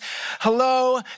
Hello